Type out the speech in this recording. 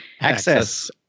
Access